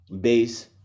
base